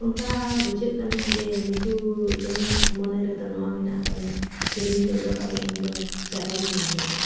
ᱚᱱᱠᱟ ᱵᱩᱡᱷᱟᱹᱜ ᱠᱟᱱᱟ ᱡᱮ ᱱᱩᱠᱩ ᱪᱮᱬᱮᱭᱟᱜ ᱢᱚᱱᱮ ᱨᱮᱫᱚ ᱱᱚᱣᱟ ᱢᱮᱱᱟᱜᱼᱟ ᱯᱟᱞᱮᱱ ᱡᱮ ᱱᱩᱭ ᱦᱚᱲ ᱫᱚ ᱯᱟᱞᱮ ᱤᱧᱫᱚ ᱪᱟᱨᱟᱭ ᱤᱢᱟᱹᱧ ᱞᱟᱹᱜᱤᱫ